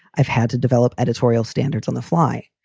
i've had to develop editorial standards on the fly.